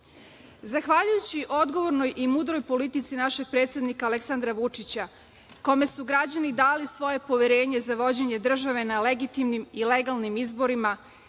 bumerang. Zahvaljujući odgovornoj i mudroj politici našeg predsednika Aleksandra Vučića, kome su građani dali svoje poverenje za vođenje države na legitimnim i legalnim izborima,